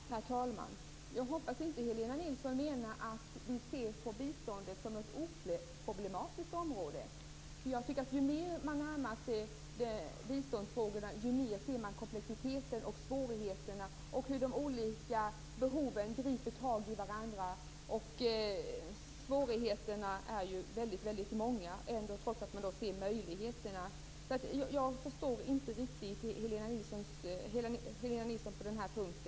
Herr talman! Jag hoppas inte att Helena Nilsson menar att vi ser på biståndet som något oproblematiskt område. Jag tycker att ju mer man närmar sig biståndsfrågorna, desto mer ser man komplexiteten och svårigheterna och hur de olika behoven griper tag i varandra. Svårigheterna är väldigt många, trots att man ser möjligheterna. Jag förstår inte riktigt Helena Nilsson på denna punkt.